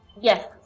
yes